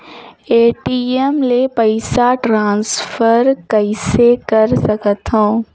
ATM ले पईसा transfer कइसे कर सकथव?